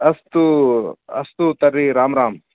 अस्तु अस्तु तर्हि राम राम